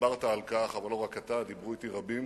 דיברת על כך, אבל לא רק אתה, דיברו אתי רבים.